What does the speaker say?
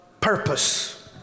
purpose